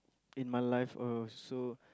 in my life uh so